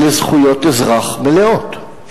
אלה זכויות אזרח מלאות,